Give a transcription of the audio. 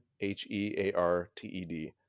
H-E-A-R-T-E-D